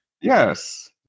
Yes